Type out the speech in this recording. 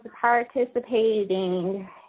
participating